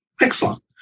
Excellent